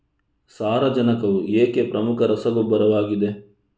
ಸಾರಜನಕವು ಏಕೆ ಪ್ರಮುಖ ರಸಗೊಬ್ಬರವಾಗಿದೆ?